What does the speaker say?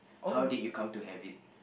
how did you come to have it